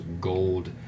gold